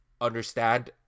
understand